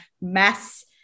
mass